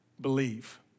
believe